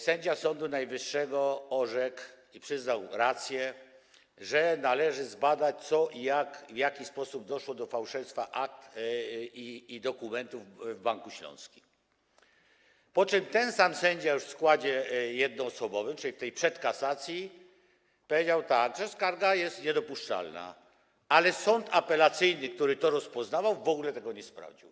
Sędzia Sądu Najwyższego orzekł, przyznał rację, że należy zbadać, co i jak, w jaki sposób doszło do fałszerstwa akt i dokumentów w Banku Śląskim, po czym ten sam sędzia, już w składzie jednoosobowym, czyli tym z przedkasacji, powiedział, że skarga jest niedopuszczalna, a sąd apelacyjny, który to rozpoznawał, w ogóle tego nie sprawdził.